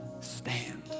stand